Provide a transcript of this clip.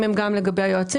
חלים גם על היועצים?